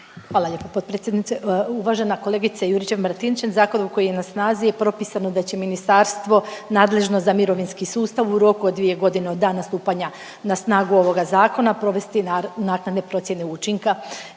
Hvala lijepa potpredsjednice. Uvažena kolegice Juričev Martinčev, zakonom koji je na snazi je propisano da će ministarstvo nadležno za mirovinski sustav u roku od 2 godine od dana stupanja na snagu ovoga zakona, provesti naknadne procjene učinka.